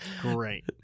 great